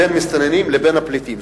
בין מסתננים לבין פליטים.